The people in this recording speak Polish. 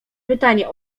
pytanie